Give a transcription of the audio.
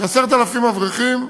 ש-10,000 אברכים,